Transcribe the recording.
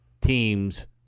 teams